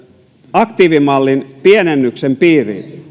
aktiivimallin pienennyksen piiriin